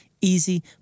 easy